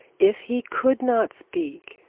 if he could not speak,